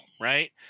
right